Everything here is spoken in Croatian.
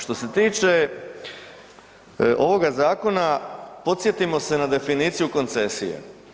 Što se tiče ovoga zakona, podsjetimo se na definiciju koncesije.